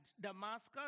Damascus